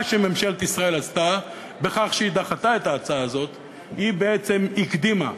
מה שממשלת ישראל עשתה בכך שהיא דחתה את ההצעה הזאת היא בעצם הקדימה,